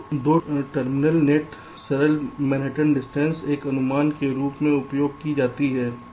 तो 2 terminal net सरल Manhattan दूरी एक अनुमान के रूप में उपयोग की जाती है